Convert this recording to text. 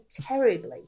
terribly